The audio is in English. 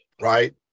right